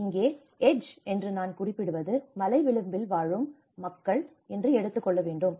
இங்கே எட்ஜ் என்று நான் குறிப்பிடுவது மலை விளிம்பில் வாழும் மக்கள் என்று எடுத்துக்கொள்ள வேண்டாம்